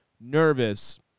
nervous